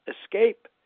escape